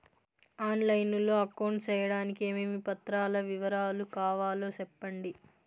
On line లో account సేయడానికి ఏమేమి పత్రాల వివరాలు కావాలో సెప్పండి?